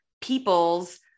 people's